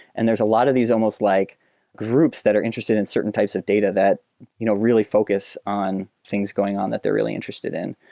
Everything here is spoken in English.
and a lot of these almost like groups that are interested in certain types of data that you know really focus on things going on that they're really interested in.